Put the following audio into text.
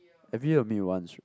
every year will meet once